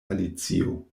alicio